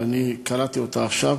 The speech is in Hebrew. ואני קראתי אותה עכשיו,